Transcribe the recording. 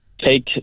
take